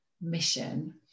mission